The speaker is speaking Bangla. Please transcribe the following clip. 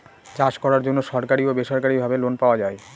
চাষ করার জন্য সরকারি ও বেসরকারি ভাবে লোন পাওয়া যায়